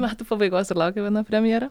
metų pabaigos ir laukia viena premjera